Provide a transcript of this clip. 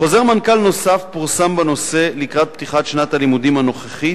חוזר מנכ"ל נוסף בנושא פורסם לקראת פתיחת שנת הלימודים הנוכחית,